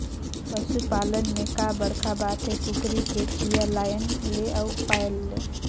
पसू पालन में का बड़खा बात हे, कुकरी के चिया लायन ले अउ पायल ले